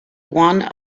one